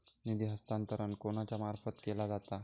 निधी हस्तांतरण कोणाच्या मार्फत केला जाता?